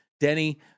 Denny